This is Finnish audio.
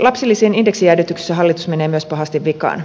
lapsilisien indeksijäädytyksissä hallitus menee myös pahasti vikaan